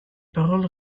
paroles